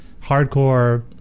hardcore